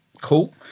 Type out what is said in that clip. Cool